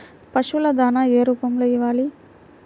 పశువుల దాణా ఏ రూపంలో ఇవ్వాలి?